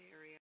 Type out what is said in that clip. area